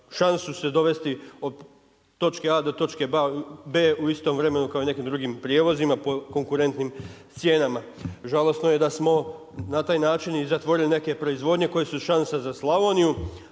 šansu se dovesti od točke A do točke B u istom vremenu kao i nekim drugim prijevozima po konkurentnim cijenama. Žalosno je da smo na taj način i zatvorili neke proizvodnje koje su šansa za Slavoniju,